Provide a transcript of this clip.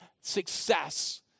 success